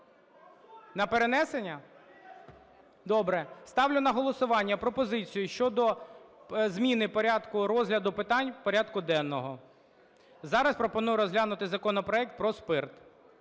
На перенесення? Добре. Ставлю на голосування пропозицію щодо зміни порядку розгляду питань порядку денного. Зараз пропоную розглянути законопроект про спирт.